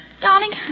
Darling